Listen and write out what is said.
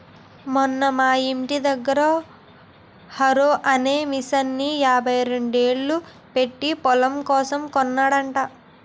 మొన్న మా యింటి దగ్గర హారో అనే మిసన్ని యాభైరెండేలు పెట్టీ పొలం కోసం కొన్నాడట